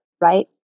right